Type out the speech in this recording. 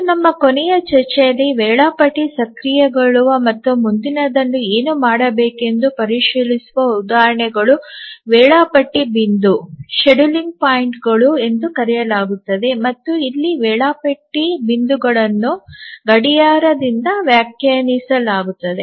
ಮತ್ತು ನಮ್ಮ ಕೊನೆಯ ಚರ್ಚೆಯಲ್ಲಿ ವೇಳಾಪಟ್ಟಿ ಸಕ್ರಿಯಗೊಳ್ಳುವ ಮತ್ತು ಮುಂದಿನದನ್ನು ಏನು ಮಾಡಬೇಕೆಂದು ಪರಿಶೀಲಿಸುವ ಉದಾಹರಣೆಯನ್ನು ವೇಳಾಪಟ್ಟಿ ಬಿಂದುಗಳು ಎಂದು ಕರೆಯಲಾಗುತ್ತದೆ ಮತ್ತು ಇಲ್ಲಿ ವೇಳಾಪಟ್ಟಿ ಬಿಂದುಗಳನ್ನು ಗಡಿಯಾರದಿಂದ ವ್ಯಾಖ್ಯಾನಿಸಲಾಗುತ್ತದೆ